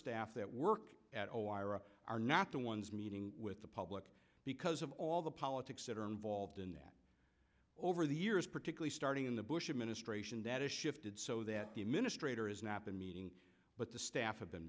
staff that work at o ira are not the ones meeting with the public because of all the politics that are involved in that over the years particularly starting in the bush administration that is shifted so that the administrator is nap and meeting with the staff